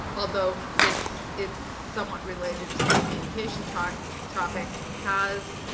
although it's it's somewhat related to the communication talk topic has